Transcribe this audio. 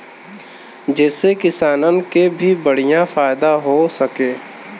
जेसे किसानन के भी बढ़िया फायदा हो सके